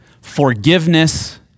forgiveness